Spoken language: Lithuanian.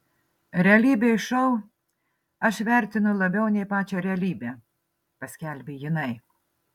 realybės šou aš vertinu labiau nei pačią realybę paskelbė jinai